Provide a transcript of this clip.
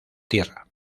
tierra